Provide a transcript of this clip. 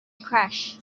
crash